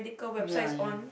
ya ya